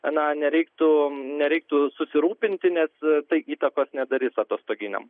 na nereiktų nereiktų susirūpinti nes tai įtakos nedarys atostoginiam